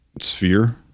sphere